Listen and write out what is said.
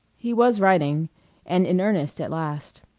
he was writing and in earnest at last.